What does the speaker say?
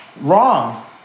wrong